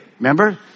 Remember